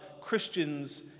Christians